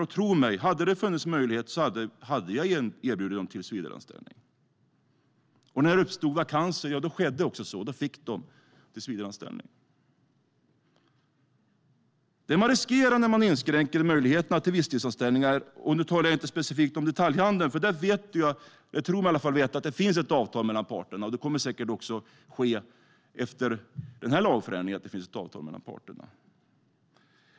Och tro mig, om det hade funnits möjlighet hade jag erbjudit dem tillsvidareanställning. När det uppstod vakanser fick de också tillsvidareanställningar. När man inskränker möjligheterna till visstidsanställning tar man risker på det principiella planet. Nu talar jag inte specifikt om detaljhandeln. Där tror jag mig veta att det finns ett avtal mellan parterna. Det kommer säkert att bli ett avtal mellan parterna även efter den här lagförändringen.